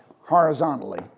horizontally